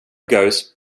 goes